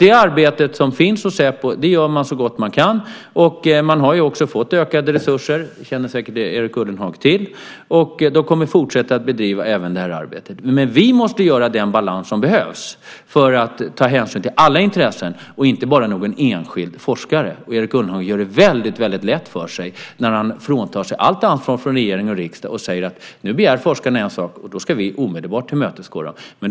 Det arbete som finns hos Säpo gör man alltså så gott man kan. Man har också fått ökade resurser. Det känner säkert Erik Ullenhag till. De kommer att fortsätta att bedriva det här arbetet. Men vi måste göra den balans som behövs för att ta hänsyn till alla intressen, inte bara någon enskild forskare. Erik Ullenhag gör det väldigt lätt för sig när han fråntar allt ansvar från regering och riksdag och säger att nu begär forskarna en sak och då ska vi omedelbart tillmötesgå dem.